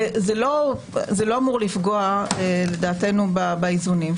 זה לא אמור לפגוע לדעתנו באיזונים.